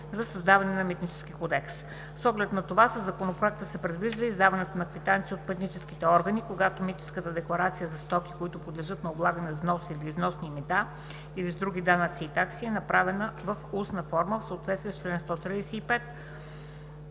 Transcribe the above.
за създаване на Митнически кодекс на Съюза. С оглед на това със Законопроекта се предвижда издаването на квитанция от митническите органи, когато митническата декларация за стоки, които подлежат на облагане с вносни или износни мита или с други данъци/такси, е направена в устна форма в съответствие с чл.